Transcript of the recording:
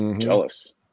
jealous